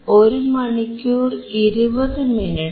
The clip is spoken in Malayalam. ഒരു മണിക്കൂർ ഇരുപതു മിനിറ്റ്